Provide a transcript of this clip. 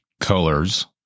colors